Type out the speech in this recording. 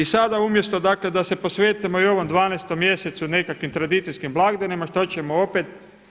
I sada umjesto dakle da se posvetimo i ovom 12 mjesecu, nekakvim tradicijskim blagdanima, šta ćemo opet?